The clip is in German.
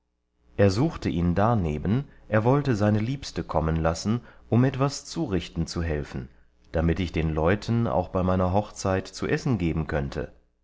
worden ersuchte ihn darneben er wollte seine liebste kommen lassen um etwas zurichten zu helfen damit ich den leuten auch bei meiner hochzeit zu essen geben könnte